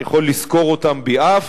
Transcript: אני יכול לסקור אותם ביעף,